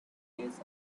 lays